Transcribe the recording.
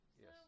Yes